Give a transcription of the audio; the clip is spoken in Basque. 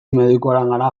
medikuarengana